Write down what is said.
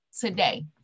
today